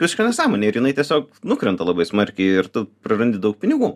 visišką nesąmonę ir jinai tiesiog nukrenta labai smarkiai ir tu prarandi daug pinigų